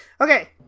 okay